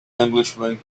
englishman